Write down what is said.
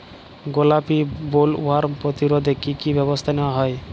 গোলাপী বোলওয়ার্ম প্রতিরোধে কী কী ব্যবস্থা নেওয়া হয়?